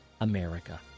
America